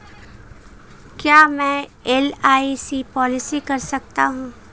क्या मैं LIC policy कर सकता हूं?